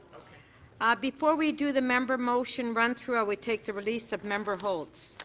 ah before we do the member motion run through we take the release of member holds.